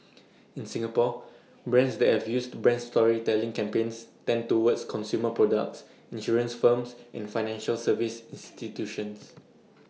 in Singapore brands that have used brand storytelling campaigns tend towards consumer products insurance firms and financial service institutions